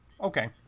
okay